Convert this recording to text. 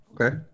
okay